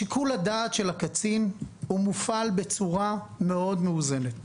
שיקול הדעת של הקצין מופעל בצורה מאוד מאוזנת.